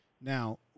Now